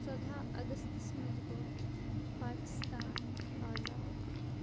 ژۄداہ اَگستَس مَنٛز گوٚو پاکستان آزاد